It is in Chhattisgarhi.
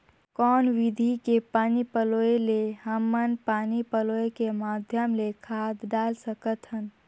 कौन विधि के पानी पलोय ले हमन पानी पलोय के माध्यम ले खाद डाल सकत हन?